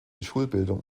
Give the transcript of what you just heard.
schulbildung